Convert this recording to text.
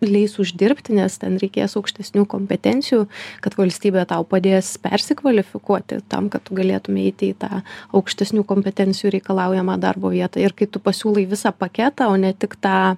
leis uždirbti nes ten reikės aukštesnių kompetencijų kad valstybė tau padės persikvalifikuoti tam kad tu galėtum eiti į tą aukštesnių kompetencijų reikalaujamą darbo vietą ir kaip tu pasiūlai visą paketą ne tik tą